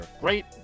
great